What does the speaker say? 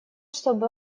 чтобы